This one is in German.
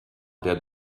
der